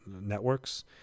networks